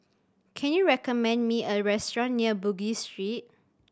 can you recommend me a restaurant near Bugis Street